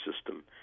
system